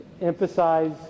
emphasize